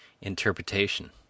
interpretation